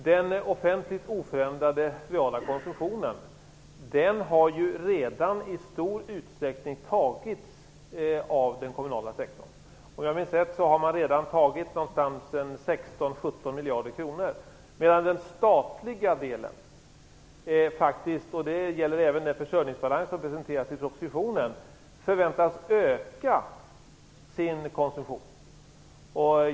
Herr talman! Den oförändrade reala offentliga konsumtionen har ju redan i stor utsträckning antagits av den kommunala sektorn. Om jag minns rätt har man redan tagit 16-17 miljarder kronor, medan den statliga delen faktiskt - och det gäller även den försörjningsbalans som presenteras i propositionen - förväntas öka sin konsumtion.